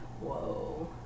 whoa